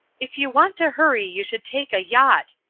if you want to hurry you should take a yacht,